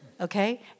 okay